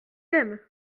aime